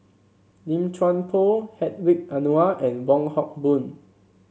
Lim Chuan Poh Hedwig Anuar and Wong Hock Boon